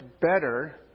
better